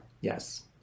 Yes